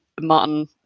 Martin